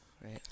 right